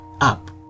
up